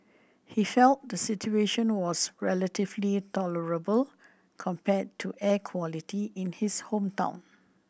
he felt the situation was relatively tolerable compared to air quality in his hometown